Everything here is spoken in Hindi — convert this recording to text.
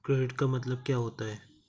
क्रेडिट का मतलब क्या होता है?